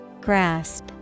Grasp